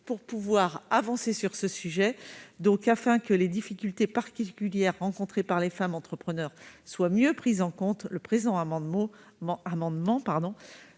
pour que la situation évolue. Afin que les difficultés particulières rencontrées par les femmes entrepreneures soient mieux prises en compte, le présent amendement